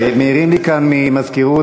מעירים לי ממזכירות